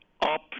up